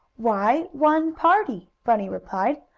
why, one party, bunny replied.